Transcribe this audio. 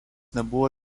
nebuvo